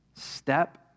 step